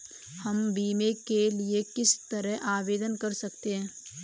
हम बीमे के लिए किस तरह आवेदन कर सकते हैं?